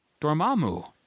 Dormammu